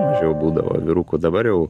mažiau būdavo vyrukų dabar jau